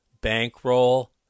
bankroll